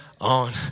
on